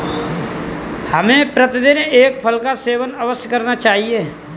हमें प्रतिदिन एक फल का सेवन अवश्य करना चाहिए